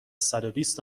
صدوبیست